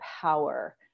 power